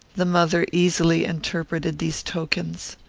the mother easily interpreted these tokens.